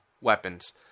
weapons